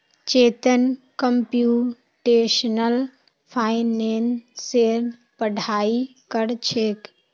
Chetan computational फाइनेंसेर पढ़ाई कर छेक